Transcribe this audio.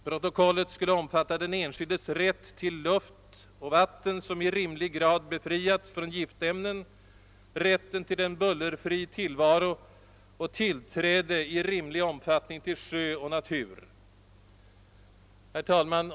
Protokollet skulle omfatta den enskildes rätt till luft och vatten som i rimlig grad befriats från giftämnen, rätt till en bullerfri tillvaro och tillträde i rimlig omfattning till sjö och natur. Herr talman!